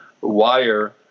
wire